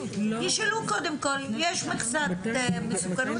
ישאלו קודם כל, יש מכסת מסוכנות?